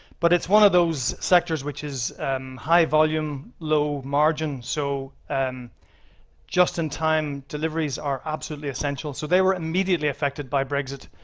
but it's one of those sectors which is high volume, low margins, so and just in time deliveries are absolutely essential. so they were immediately affected by brexit,